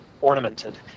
ornamented